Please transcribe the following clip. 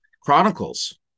Chronicles